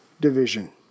Division